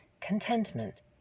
contentment